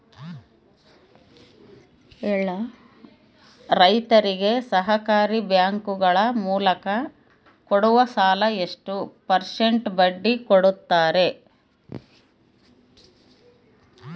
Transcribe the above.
ರೈತರಿಗೆ ಸಹಕಾರಿ ಬ್ಯಾಂಕುಗಳ ಮೂಲಕ ಕೊಡುವ ಸಾಲ ಎಷ್ಟು ಪರ್ಸೆಂಟ್ ಬಡ್ಡಿ ಕೊಡುತ್ತಾರೆ?